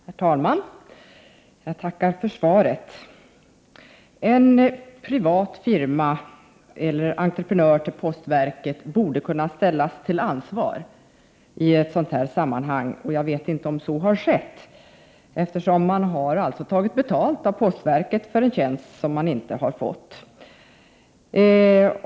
Herr talman! Jag tackar för svaret. En privat firma eller en entreprenör anlitad av postverket borde kunna ställas till ansvar i detta sammanhang, men jag vet inte om så har skett. Här har man tagit betalt av postverket för en tjänst som inte har utförts.